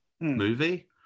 movie